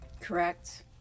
Correct